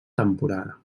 temporada